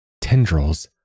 tendrils